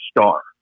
star